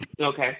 Okay